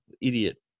Idiot